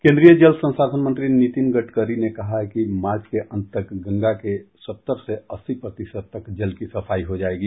केन्द्रीय जल संसाधन मंत्री नितिन गडकरी ने कहा कि मार्च के अंत तक गंगा के सत्तर से अस्सी प्रतिशत तक जल की सफाई हो जाएगी